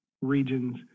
regions